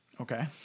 okay